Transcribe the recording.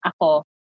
ako